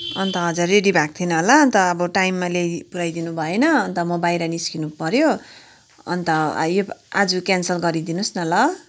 अन्त हजुर रेडी भएको थिएन होला अन्त अब टाइममा ल्याइपुर्याई दिनुभएन अन्त म बाहिर निस्किनु पर्यो अन्त यो पा आज क्यानसल गरिदिनु होस् न ल